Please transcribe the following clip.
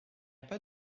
pas